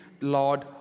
Lord